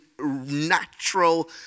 natural